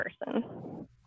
person